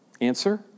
Answer